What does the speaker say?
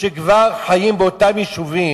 שכבר חיים באותם יישובים,